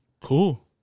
Cool